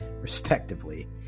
respectively